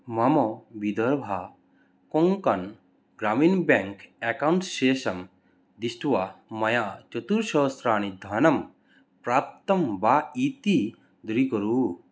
मम Vidarbha Konkan Gramin bank account शेषं दृष्ट्वा मया चतुस्सहस्रं धनं प्राप्तं वा इति दृढीकुरु